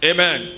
Amen